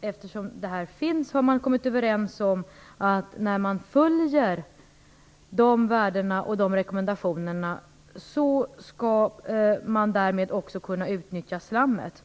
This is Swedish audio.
Eftersom de finns har man kommit överens om att man, om man följer rekommendationerna, också skall kunna utnyttja slammet.